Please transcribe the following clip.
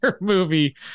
movie